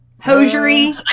Hosiery